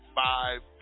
five